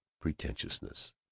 pretentiousness